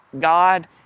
God